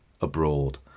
abroad